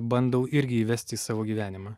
bandau irgi įvesti į savo gyvenimą